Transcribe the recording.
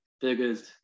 biggest